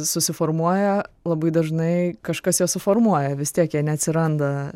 susiformuoja labai dažnai kažkas juos suformuoja vis tiek jie neatsiranda